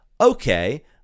okay